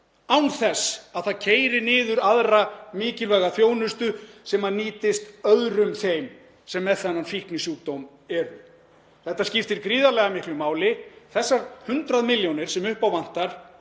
án þess — að það keyri niður aðra mikilvæga þjónustu sem nýtist öðrum þeim sem með þennan fíknisjúkdóm eru. Þetta skiptir gríðarlega miklu máli. Þessar 100 milljónir sem upp á vantar